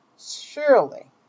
surely